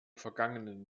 vergangenen